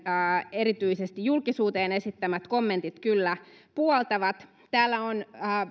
erityisesti julkisuuteen esittämät kommentit kyllä puoltavat täällä on